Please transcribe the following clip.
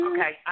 Okay